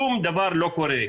שום דבר לא קורה.